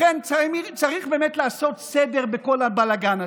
לכן צריך באמת לעשות סדר בכל הבלגן הזה.